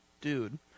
dude